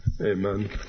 Amen